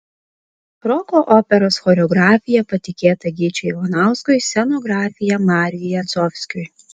roko operos choreografija patikėta gyčiui ivanauskui scenografija marijui jacovskiui